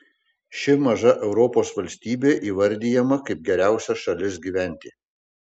ši maža europos valstybė įvardijama kaip geriausia šalis gyventi